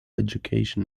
education